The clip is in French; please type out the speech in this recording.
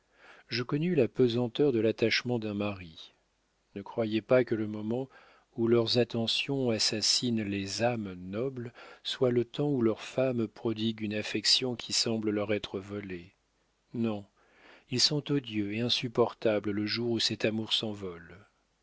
je connus la pesanteur de l'attachement d'un mari ne croyez pas que le moment où leurs attentions assassinent les âmes nobles soit le temps où leurs femmes prodiguent une affection qui semble leur être volée non ils sont odieux et insupportables le jour où cet amour s'envole